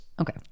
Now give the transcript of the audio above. Okay